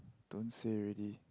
don't say already